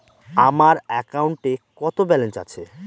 আমার অ্যাকাউন্টে কত ব্যালেন্স আছে?